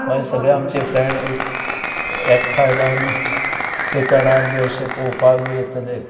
मागीर सगळें आमचे फ्रेंड एक एकठांय जावन ते चणाक बी अशे पळोवपाक बी येतले